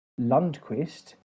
Lundquist